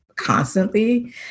constantly